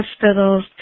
hospitals